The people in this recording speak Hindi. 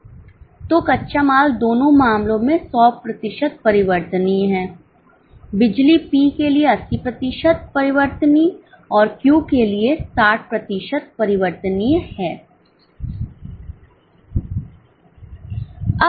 तो कच्चा माल दोनों मामलों में 100 प्रतिशत परिवर्तनीय है बिजली P के लिए 80 प्रतिशत परिवर्तनीय और Q के लिए 60 प्रतिशत परिवर्तनीय है